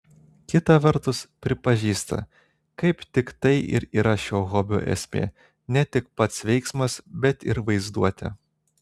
kita vertus pripažįsta kaip tik tai ir yra šio hobio esmė ne tik pats veiksmas bet ir vaizduotė